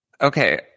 Okay